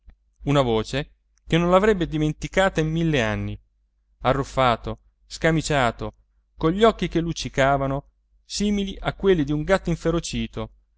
una voce che non l'avrebbe dimenticata in mille anni arruffato scamiciato cogli occhi che luccicavano simili a quelli di un gatto inferocito